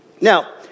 Now